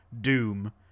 Doom